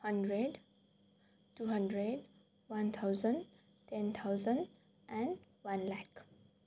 hundred two hundred one thousand ten thousand and one lakh